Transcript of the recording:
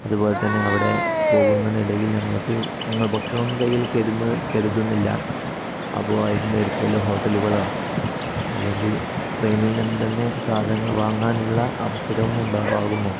അതുപോലെ തന്നെ അവിടെ പോകുന്നതിനിടയിൽ ഞങ്ങൾക്ക് ഞങ്ങൾ ഭക്ഷണമൊന്നും കയ്യിൽ കരുതുന്ന കരുതുന്നില്ല അപ്പോൾ അതിൻ്റെ അടുത്ത വല്ല ഹോട്ടലുകളോ അല്ലെങ്കിൽ ട്രെയിനിൽ നിന്ന് തന്നെ സാധനങ്ങൾ വാങ്ങാനുള്ള അവസരവും ഉണ്ടാകുമോ